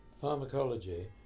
pharmacology